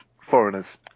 foreigners